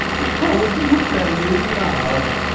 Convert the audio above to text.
because you fell in love!